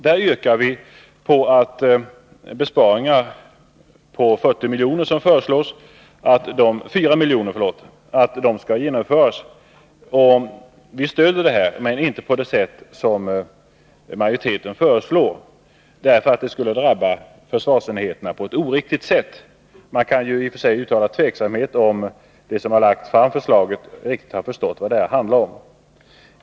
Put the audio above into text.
Vi yrkar här på att de besparingar på 4 milj.kr. som föreslagits skall genomföras. Vi stöder detta, men inte på samma sätt som majoriteten — detta skulle drabba försvarsenheterna på ett oriktigt sätt. Man kan i och för sig uttala tvivel om huruvida de som lagt fram förslaget riktigt har förstått vad det handlar om.